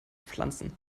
pflanzen